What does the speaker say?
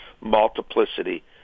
multiplicity